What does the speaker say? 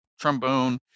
trombone